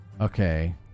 Okay